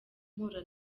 mpura